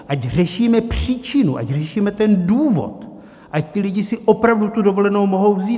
Ať řešíme příčinu, ať řešíme ten důvod, ať ti lidé si opravdu tu dovolenou mohou vzít.